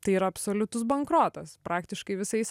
tai yra absoliutus bankrotas praktiškai visais